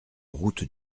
route